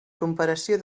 comparació